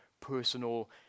personal